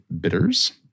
bitters